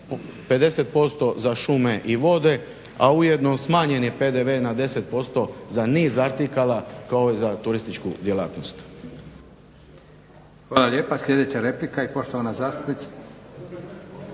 50% za šume i vode, a ujedno smanjen je PDV na 10% za niz artikala, kao i za turističku djelatnost.